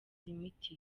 imiti